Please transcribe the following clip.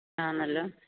ആന്നല്ലോ